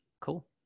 cool